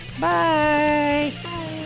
Bye